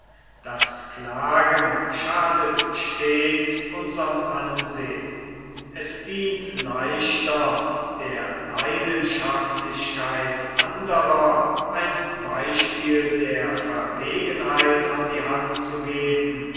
das klagen schadet stets unserm ansehn es dient leichter der leidenschaftlichkeit anderer ein beispiel der verwegenheit an die hand zu geben